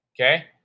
Okay